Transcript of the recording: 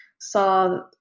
saw